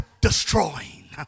destroying